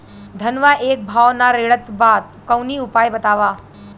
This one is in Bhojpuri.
धनवा एक भाव ना रेड़त बा कवनो उपाय बतावा?